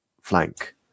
flank